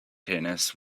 tennis